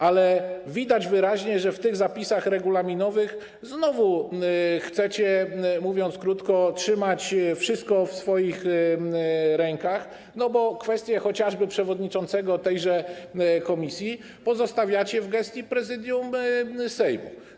Ale widać wyraźnie, że w tych zapisach regulaminowych znowu chcecie, mówiąc krótko, trzymać wszystko w swoich rękach, bo kwestię chociażby przewodniczącego tejże komisji pozostawiacie w gestii Prezydium Sejmu.